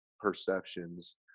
perceptions